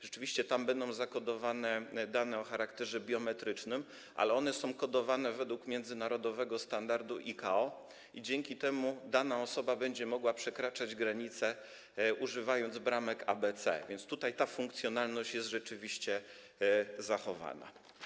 Rzeczywiście tam będą zakodowane dane o charakterze biometrycznym, ale one są kodowane według międzynarodowego standardu ICAO i dzięki temu dana osoba będzie mogła przekraczać granice, używając bramek ABC, więc ta funkcjonalność jest rzeczywiście zachowana.